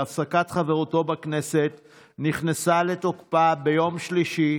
שהפסקת חברותו בכנסת נכנסה לתוקפה ביום שלישי,